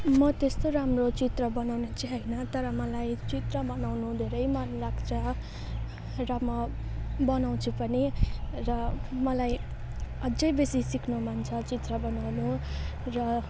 म त्यस्तो राम्रो चित्र बनाउने चाहिँ होइन तर मलाई चित्र बनाउनु धेरै मनलाग्छ र म बनाउँछु पनि र मलाई अझै बेसी सिक्नु मन छ चित्र बनाउनु र